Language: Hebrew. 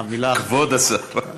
כבוד השר.